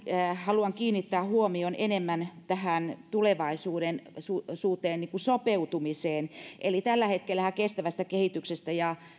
haluan kiinnittää huomion enemmän tähän tulevaisuuteen sopeutumiseen tällä hetkellähän kestävästä kehityksestä ja